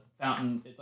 fountain